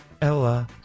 Ella